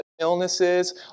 illnesses